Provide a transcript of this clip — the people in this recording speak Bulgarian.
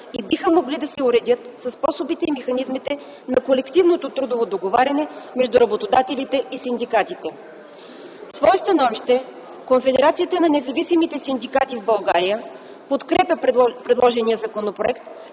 и биха могли да се уредят със способите и механизмите на колективното трудово договаряне между работодателите и синдикатите. В своето становище Конфедерацията на независимите синдикати в България подкрепя предложения законопроект